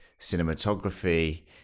cinematography